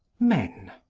men.